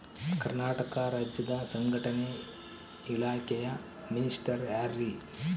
ಕರ್ನಾಟಕ ರಾಜ್ಯದ ಸಂಘಟನೆ ಇಲಾಖೆಯ ಮಿನಿಸ್ಟರ್ ಯಾರ್ರಿ?